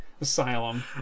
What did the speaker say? asylum